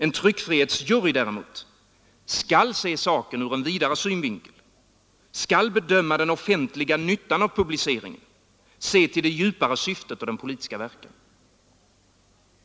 En tryckfrihetsjury däremot skall se saken ur en vidare synvinkel, bedöma den offentliga nyttan av publiceringen och se till det djupare syftet och till den politiska verkan.